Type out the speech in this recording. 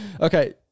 Okay